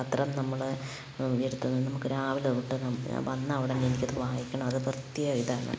പത്രം നമ്മൾ എടുത്തു നമുക്ക് രാവിലെ തൊട്ട് നം വന്ന അവിടെനിന്നെനിക്കത് വായിക്കണം അതു പ്രത്യേക ഒരിതാണ്